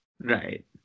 Right